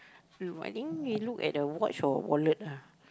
look I think he look at the watch or wallet ah